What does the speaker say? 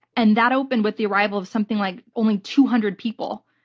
and that opened with the arrival of something like only two hundred people,